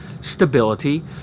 stability